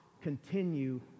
continue